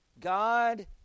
God